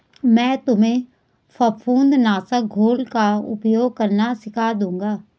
मैं तुम्हें फफूंद नाशक घोल का उपयोग करना सिखा दूंगा